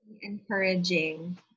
Encouraging